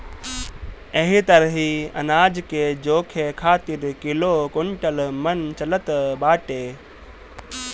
एही तरही अनाज के जोखे खातिर किलो, कुंटल, मन चलत बाटे